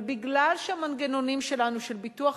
אבל בגלל שהמנגנונים שלנו של ביטוח